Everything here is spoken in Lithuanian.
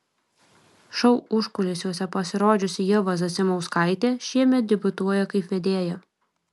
šou užkulisiuose pasirodžiusi ieva zasimauskaitė šiemet debiutuoja kaip vedėja